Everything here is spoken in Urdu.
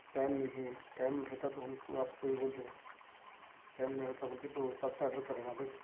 ٹائم نہیں ہے ٹائم رہتا تو ہم آپ کو یہ بولتے ٹائم نہیں ہوتا بول کے تو حساب سے آڈر کرے نہ بھائی